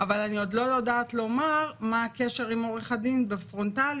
אבל אני עוד לא יודעת לומר מה הקשר עם עורך הדין בפרונטלי,